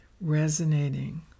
resonating